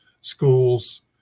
schools